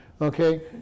Okay